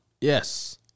Yes